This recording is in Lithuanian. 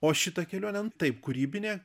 o šita kelionė nu taip kūrybinė